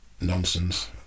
nonsense